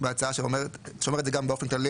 ויש גם סעיף כללי בהצעה שאומר את זה גם באופן כללי,